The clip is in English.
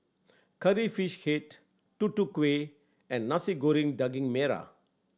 Curry Fish Head Tutu Kueh and Nasi Goreng Daging Merah